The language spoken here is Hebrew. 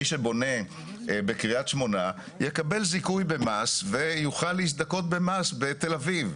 מי שבונה בקריית שמונה יקבל זיכוי במס ויוכל להזדכות במס בתל אביב.